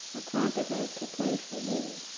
i cried to her to pray for me.